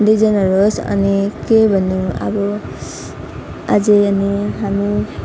डिजाइनहरू होस् अनि के भन्नु अब अझै अनि हामी